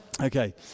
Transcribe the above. Okay